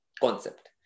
concept